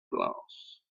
glass